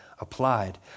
applied